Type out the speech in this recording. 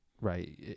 right